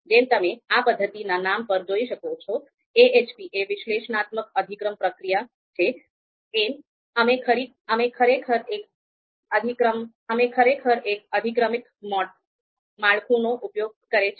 જેમ તમે આ પદ્ધતિના નામ પર જોઈ શકો છો AHP એ વિશ્લેષણાત્મક અધિક્રમ પ્રક્રિયા Analytic Hierarchy Process છે અમે ખરેખર એક અધિક્રમિક માળખું નો ઉપયોગ કરે છે